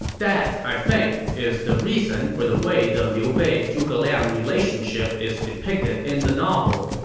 that, i think, is the reason for the way the liu bei-zhuge liang relationship is depicted in the novel.